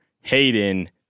Hayden